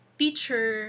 teacher